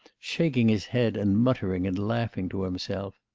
shaking his head and muttering and laughing to himself.